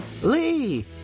Lee